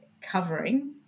covering